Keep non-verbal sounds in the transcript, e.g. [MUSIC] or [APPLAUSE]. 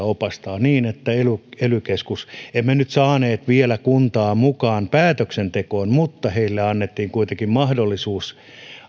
[UNINTELLIGIBLE] opastaa niin että ely ely keskus emme nyt saaneet kuntaa mukaan päätöksentekoon mutta heille annettiin kuitenkin mahdollisuus